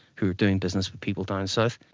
who are doing business with people down south.